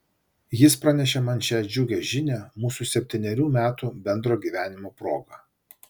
jis pranešė man šią džiugią žinią mūsų septynerių metų bendro gyvenimo proga